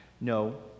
No